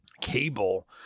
cable